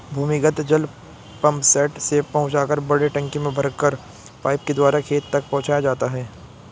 भूमिगत जल पम्पसेट से पहुँचाकर बड़े टंकी में भरकर पाइप के द्वारा खेत तक पहुँचाया जाता है